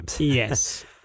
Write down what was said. Yes